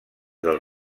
dels